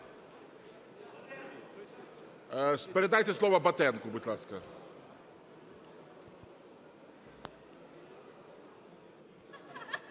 Передайте слово Батенку, будь ласка.